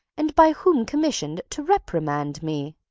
and by whom commissioned, to reprimand me.